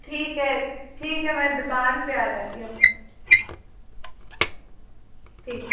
ٹھیک ہے ٹھیک ہے میں دکان پہ آ جاتی ہوں ٹھیک